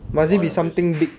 must it be something big